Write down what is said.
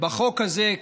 בחוק הזה,